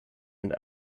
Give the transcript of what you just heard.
and